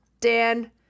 Dan